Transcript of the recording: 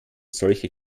solche